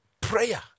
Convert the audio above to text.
prayer